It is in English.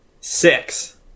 Six